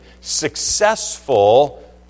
successful